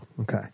Okay